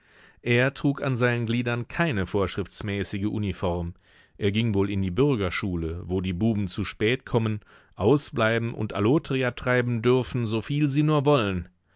er trug an seinen gliedern keine vorschriftsmäßige uniform er ging wohl in die bürgerschule wo die buben zu spät kommen ausbleiben und allotria treiben dürfen so viel sie nur wollen